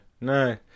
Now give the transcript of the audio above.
no